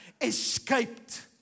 escaped